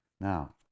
Now